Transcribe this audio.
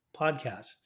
podcast